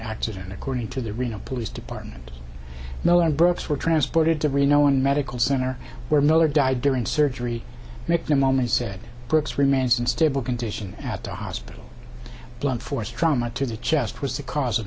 accident according to the reno police department no our breaths were transported to reno one medical center where miller died during surgery make them on they said brooks remains in stable condition at the hospital blunt force trauma to the chest was the cause of